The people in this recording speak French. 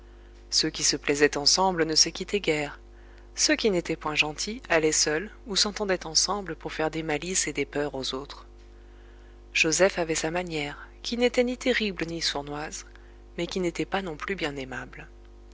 ceux qui se plaisaient ensemble ne se quittaient guère ceux qui n'étaient point gentils allaient seuls ou s'entendaient ensemble pour faire des malices et des peurs aux autres joseph avait sa manière qui n'était ni terrible ni sournoise mais qui n'était pas non plus bien aimable